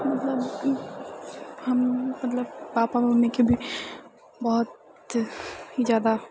मतलब हम मतलब पापा मम्मीके भी बहुत जादा